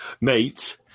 Mate